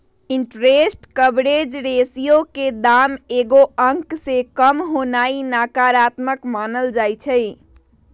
interest coverage ratio के दाम एगो अंक से काम होनाइ नकारात्मक मानल जाइ छइ